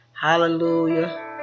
Hallelujah